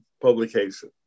publication